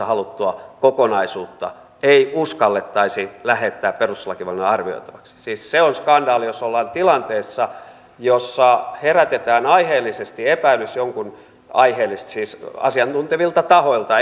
haluttua kokonaisuutta ei uskallettaisi lähettää perustuslakivaliokunnan arvioitavaksi siis se on skandaali jos ollaan tilanteessa jossa herätetään aiheellisesti epäilys aiheellisesti siis asiantuntevilta tahoilta